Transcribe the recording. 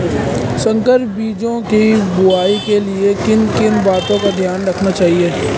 संकर बीजों की बुआई के लिए किन किन बातों का ध्यान रखना चाहिए?